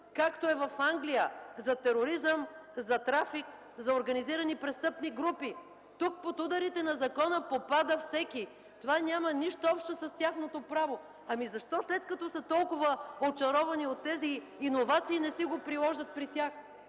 както е в Англия – за тероризъм, за трафик, за организирани престъпни групи. Тук под ударите на закона попада всеки. Това няма нищо общо с тяхното право. Защо, след като са толкова очаровани от тези иновации, не си го приложат при тях?